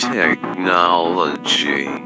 technology